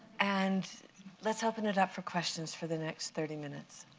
and let's open it up for questions for the next thirty minutes.